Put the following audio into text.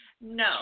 No